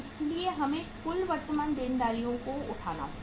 इसलिए हमें कुल वर्तमान देनदारियों को उठाना होगा